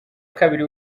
kabiri